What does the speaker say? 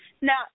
Now